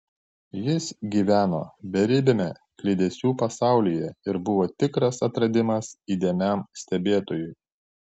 jis gyveno beribiame kliedesių pasaulyje ir buvo tikras atradimas įdėmiam stebėtojui